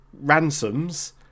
ransoms